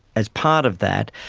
as part of that,